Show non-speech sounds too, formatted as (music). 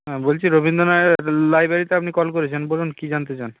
হ্যাঁ বলছি রবীন্দ্র (unintelligible) লাইব্রেরিতে আপনি কল করেছেন বলুন কী জানতে চান